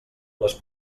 les